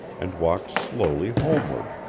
and walked slowly homeward,